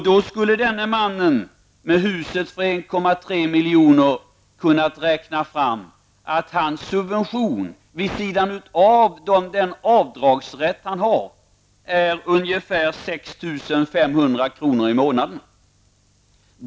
Då skulle denne man, med huset för 1,3 miljoner ha, kunnat räkna fram att hans subvention vid sidan av den avdragsrätt han har är ungefär 6 500 kr. i månaden.